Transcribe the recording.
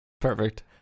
Perfect